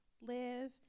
live